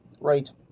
Right